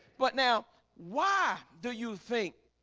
but now why do you think